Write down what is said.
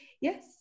yes